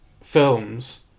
films